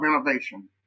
innovation